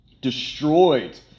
destroyed